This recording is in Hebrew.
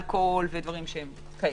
אלכוהול וכו'.